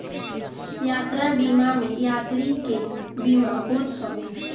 यात्रा बीमा में यात्री के बीमा होत हवे